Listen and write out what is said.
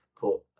put